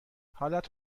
حالت